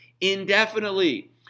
indefinitely